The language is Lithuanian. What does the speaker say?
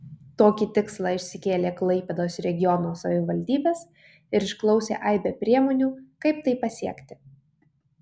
tokį tikslą išsikėlė klaipėdos regiono savivaldybės ir išklausė aibę priemonių kaip tai pasiekti